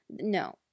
No